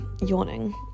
yawning